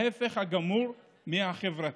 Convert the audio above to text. ההפך הגמור מהחברתי.